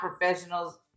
professionals